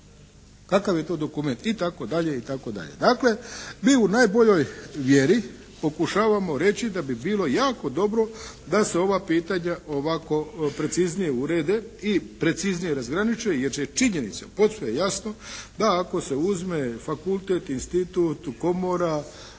kakav je to dokument, itd., itd. Dakle, mi u najboljoj vjeri pokušavamo reći da bi bilo jako dobro da se ova pitanja ovako preciznije urede i preciznije razgraniče jer će činjenice posve je jasno da ako se uzme fakultet, institut, komora,